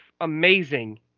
amazing